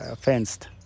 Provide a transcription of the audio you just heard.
fenced